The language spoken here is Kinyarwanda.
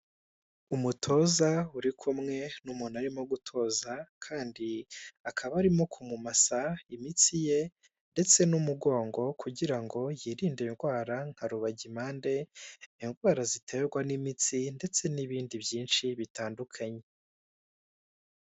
Umutoza uri kumwe n'umuntu arimo gutoza kandi akaba arimo kumumasa imitsi ye ndetse n'umugongo kugira ngo yirinde indwara nka rubagimpande indwara ziterwa n'imitsi ndetse n'ibindi byinshi bitandukanye.